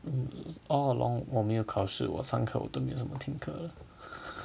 all along 我们没有考试我上课我都没有什么听课的